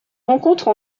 rencontre